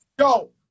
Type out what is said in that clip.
Yo